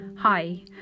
Hi